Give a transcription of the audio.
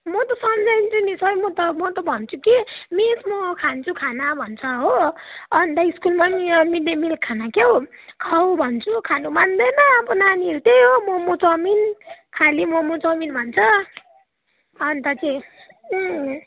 म त सम्झाइदिन्छु नि सर म त भन्छु कि मिस म खान्छु खाना भन्छ हो अन्त स्कुलमा पनि मिड डे मिल खाना के हो खाऊ भन्छु खानु मान्दैन अब नानीहरू त्यही हो मम चाउमिन खालि मम चाउमिन भन्छ अन्त चाहिँ